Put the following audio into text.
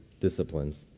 Disciplines